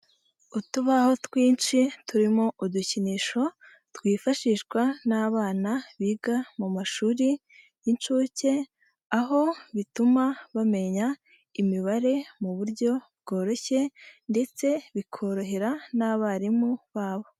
Utubaho twinshi turimo udukinisho twifashishwa n'abana biga mu mashuri y'inshuke aho bituma bamenya imibare mu buryo bworoshye ndetse bikorohera n'abarimu babo.